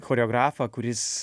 choreografą kuris